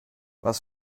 was